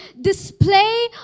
display